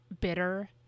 bitter